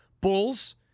Bulls